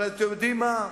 אבל אתם יודעים מה,